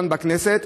כאן בכנסת,